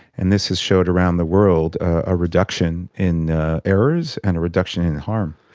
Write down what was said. and this has showed around the world a reduction in errors and a reduction in harm.